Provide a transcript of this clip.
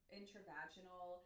intravaginal